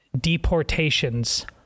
deportations